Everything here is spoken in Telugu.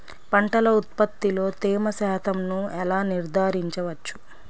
పంటల ఉత్పత్తిలో తేమ శాతంను ఎలా నిర్ధారించవచ్చు?